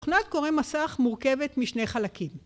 ‫תוכנת קורא מסך מורכבת משני חלקים.